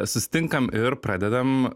susitinkam ir pradedam